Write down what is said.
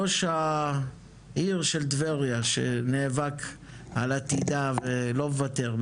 ראש העיר של טבריה שנאבק על עתידה ולא מוותר.